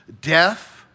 Death